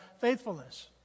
faithfulness